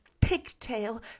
pigtail